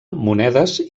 monedes